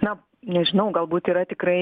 na nežinau galbūt yra tikrai